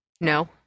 No